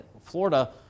Florida